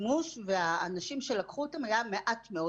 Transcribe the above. והאנשים שלקחו אותם היו מעט מאוד.